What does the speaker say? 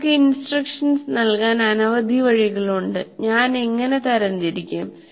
നിങ്ങൾക്ക് ഇൻസ്ട്രക്ഷൻസ് നല്കാൻ അനവധി വഴികളുണ്ട്ഞാൻ എങ്ങനെ തരം തിരിക്കും